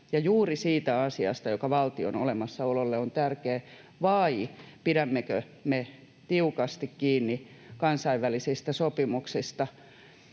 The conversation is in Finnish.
juuri siitä asiasta, joka valtion olemassaololle on tärkeää, vai pidämmekö me tiukasti kiinni kansainvälisistä sopimuksista,